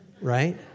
right